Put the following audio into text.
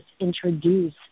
introduce